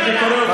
אופורטוניסט.